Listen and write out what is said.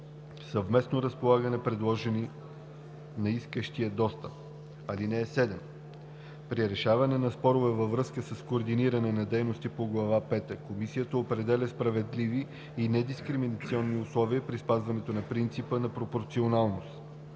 съвместно разполагане, предложени на искащия достъп. (7) При решаване на спорове във връзка с координиране на дейности по глава пета Комисията определя справедливи и недискриминационни условия при спазването на принципа на пропорционалност.